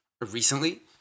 Recently